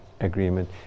agreement